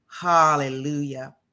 Hallelujah